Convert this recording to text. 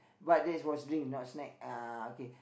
but that's for drink not snack uh okay